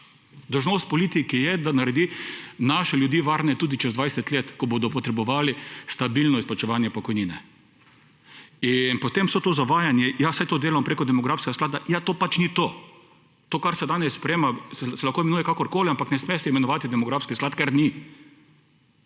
Dolžnost politike je, da naredi naše ljudi varne tudi čez 20 let, ko bodo potrebovali stabilno izplačevanje pokojnine. In potem so to zavajanje, ja saj to delamo preko demografskega sklada, ja to pač ni to. To kar se danes sprejema, se lahko imenuje kakorkoli, ampak ne sme se imenovati demografski sklad, ker ni.